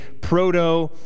proto